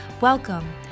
Welcome